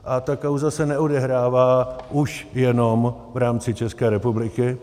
A ta kauza se neodehrává už jenom v rámci České republiky.